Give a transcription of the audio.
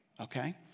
Okay